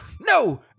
No